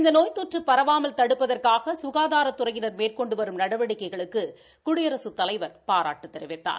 இந்த நோய்த்தொற்று பரவாமல் தடுப்பதற்காக சுகாதாரத்துறையினர் மேற்கொண்டுவரும் நடவடிக்கைகளுக்கு குடியரசுத் தலைவர் பாராட்டு தெரிவித்தார்